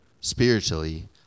spiritually